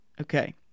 okay